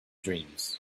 dreams